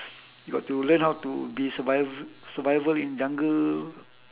you got to learn how to be survive survival in jungle